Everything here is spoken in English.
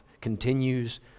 continues